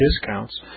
discounts